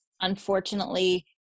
unfortunately